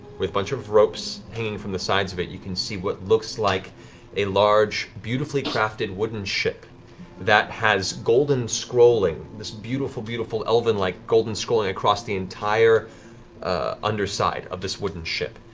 with a bunch of ropes hanging from the sides of it, you can see what looks like a large, beautifully crafted wooden ship that has golden scrolling, this beautiful beautiful elven-like golden scrolling across the entire underside of this wooden ship.